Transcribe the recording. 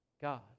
God